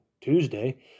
Tuesday